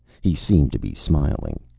he seemed to be smiling.